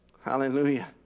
Hallelujah